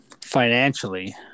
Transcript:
financially